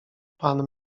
pan